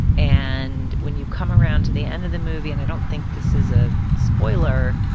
and when you come around to the end of the movie, and i don't think this is a spoiler,